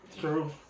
True